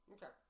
Okay